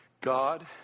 God